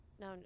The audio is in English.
no